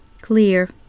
clear